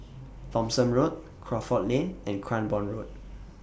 Thomson Road Crawford Lane and Cranborne Road